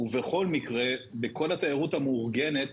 ובכל מקרה, בכל התיירות המאורגנת